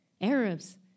Arabs